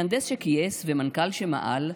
/ מהנדס שכייס ומנכ"ל שמעל,